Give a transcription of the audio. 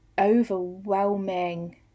overwhelming